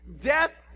death